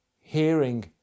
Hearing